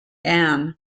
ann